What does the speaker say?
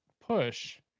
push